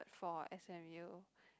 for S_M_U